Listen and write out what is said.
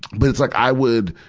but it's like i would,